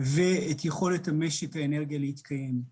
ואת יכולת משק האנרגיה להתקיים,